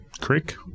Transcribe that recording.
creek